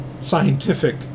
scientific